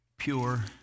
pure